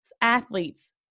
athletes